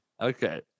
Okay